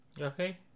Okay